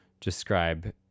describe